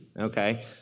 Okay